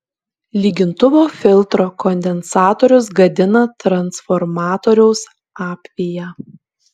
lygintuvo filtro kondensatorius gadina transformatoriaus apviją